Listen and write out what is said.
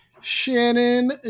Shannon